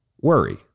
worry